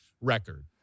record